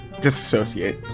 Disassociate